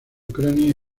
ucrania